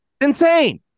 insane